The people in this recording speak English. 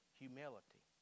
humility